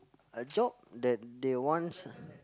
a job that they wants